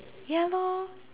ya lor